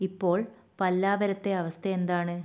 ഇപ്പോൾ പല്ലാവരത്തെ അവസ്ഥ എന്താണ്